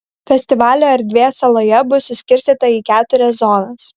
festivalio erdvė saloje bus suskirstyta į keturias zonas